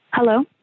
Hello